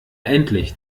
endlich